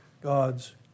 God's